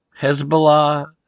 Hezbollah